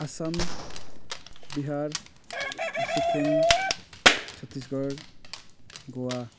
Assam Bihar Sikkim Chhattisgarh Goa